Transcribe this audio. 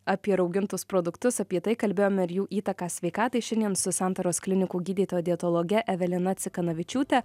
apie raugintus produktus apie tai kalbėjome ir jų įtaką sveikatai šiandien su santaros klinikų gydytoja dietologe evelina cikanavičiūte